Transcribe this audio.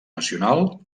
nacional